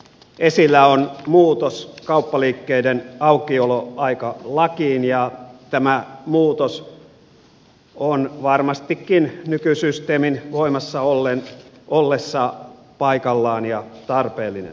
esillä on muutos kauppaliikkeiden aukioloaikalakiin ja tämä muutos on varmastikin nykysysteemin voimassa ollessa paikallaan ja tarpeellinen